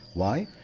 why?